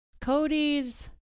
Cody's